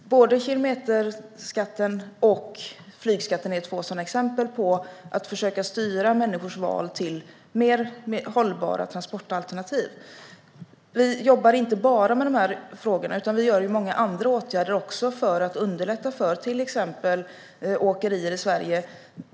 Kilometerskatten och flygskatten är två exempel på hur vi försöker styra människors val till mer hållbara transportalternativ. Vi jobbar inte bara med dessa frågor, utan vi vidtar också många andra åtgärder för att underlätta för till exempel åkerier i Sverige.